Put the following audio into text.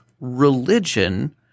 religion